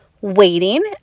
waiting